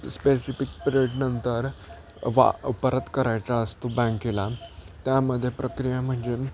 specific पिरियडनंतर वा परत करायचा असतो बँकेला त्यामध्ये प्रक्रिया म्हणजे